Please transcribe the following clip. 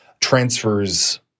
transfers